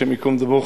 השם ייקום דמו,